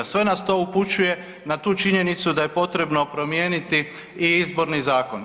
Sve nas to upućuje na tu činjenicu da je potrebno promijeniti i izborni zakon.